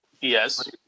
yes